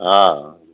हा